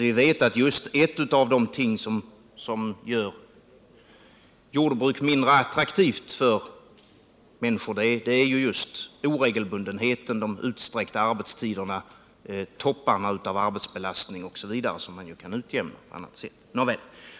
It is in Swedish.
Vi vet att det som gör jordbruk mindre attraktivt för människor är oregelbundenheten, de utsträckta arbetstiderna, topparna av arbetsbelastning osv. som man inte kan utjämna på annat sätt.